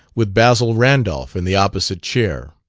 with basil randolph in the opposite chair.